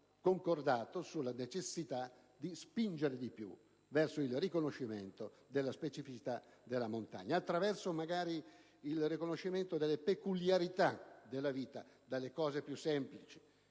concordato sulla necessità di spingere di più verso il riconoscimento della specificità della montagna, attraverso il riconoscimento delle peculiarità della vita, a partire dalle cose più semplici.